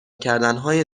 کردنهای